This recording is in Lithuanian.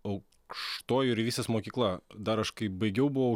aukštoji jūreivystės mokykla dar aš kai baigiau buvo